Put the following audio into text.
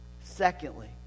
Secondly